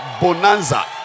Bonanza